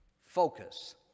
focus